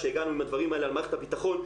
שגם עם הדברים האלה על מערכת הביטחון,